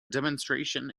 demonstration